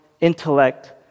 intellect